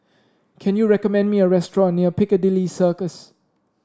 can you recommend me a restaurant near Piccadilly Circus